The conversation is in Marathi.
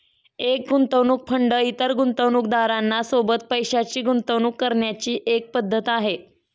एक गुंतवणूक फंड इतर गुंतवणूकदारां सोबत पैशाची गुंतवणूक करण्याची एक पद्धत आहे